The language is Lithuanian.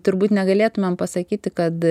turbūt negalėtumėm pasakyti kad